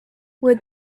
would